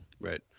Right